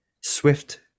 Swift